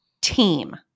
team